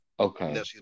Okay